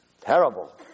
Terrible